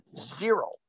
zero